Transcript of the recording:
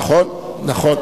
נכון, נכון.